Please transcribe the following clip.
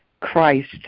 Christ